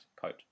coat